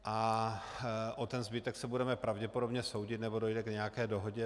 O zbytek se budeme pravděpodobně soudit nebo dojde k nějaké dohodě.